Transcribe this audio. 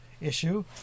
issue